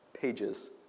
pages